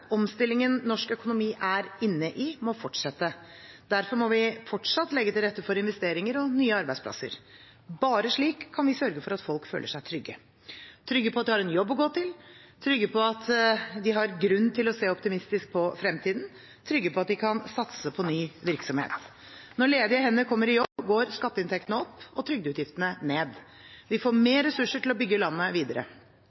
Omstillingen norsk økonomi er inne i, må fortsette. Derfor må vi fortsatt legge til rette for investeringer og nye arbeidsplasser. Bare slik kan vi sørge for at folk føler seg trygge, trygge på at de har en jobb å gå til, trygge på at de har grunn til å se optimistisk på fremtiden, og trygge på at de kan satse på ny virksomhet. Når ledige hender kommer i jobb, går skatteinntektene opp og trygdeutgiftene ned. Vi får